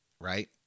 right